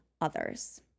others